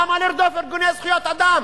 למה לרדוף ארגוני זכויות אדם?